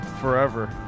forever